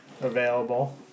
available